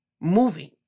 moving